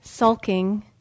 sulking